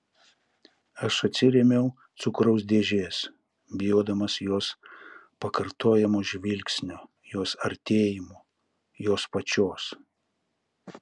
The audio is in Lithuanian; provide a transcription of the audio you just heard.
aš atsirėmiau cukraus dėžės bijodamas jos pakartojamo žvilgsnio jos artėjimo jos pačios